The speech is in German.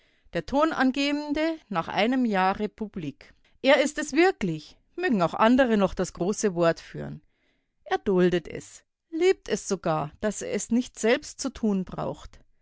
der tonangebende nach einem jahr republik er ist es wirklich mögen auch andere noch das große wort führen er duldet es liebt es sogar daß er es nicht selbst zu tun braucht